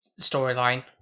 storyline